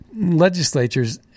legislatures